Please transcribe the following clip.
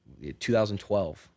2012